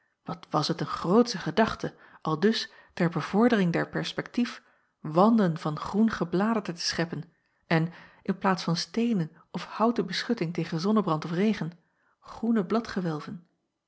wat was het een grootsche gedachte aldus ter bevordering der perspektief wanden van groen gebladerte te scheppen en in plaats van steenen of houten beschutting tegen zonnebrand of regen